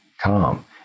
calm